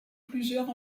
plusieurs